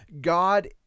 God